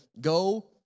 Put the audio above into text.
go